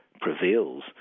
prevails